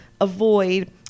avoid